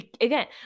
again